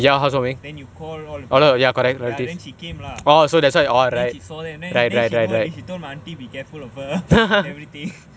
then you call all the people ya then she came lah then she saw that then she know already then she told my auntie be careful of her everything